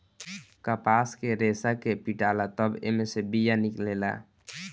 कपास के रेसा के पीटाला तब एमे से बिया निकलेला